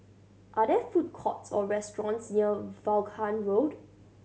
are there food courts or restaurants near Vaughan Road